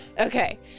Okay